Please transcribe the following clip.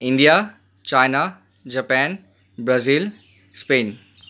India China Japan Brazil Spain